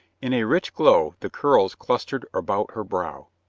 in a rich glow the curls clustered about her brow.